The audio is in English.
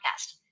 podcast